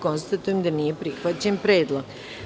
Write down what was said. Konstatujem da nije prihvaćen predlog.